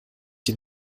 dem